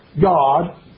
God